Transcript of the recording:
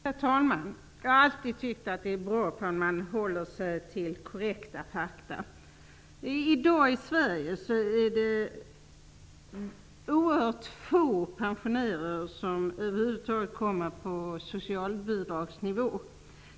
Herr talman! Jag har alltid tyckt att det är bra när människor håller sig till korrekta fakta. I dag är det oerhört få pensionärer i Sverige som över huvud taget kommer upp till socialbidragsnivå.